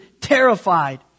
terrified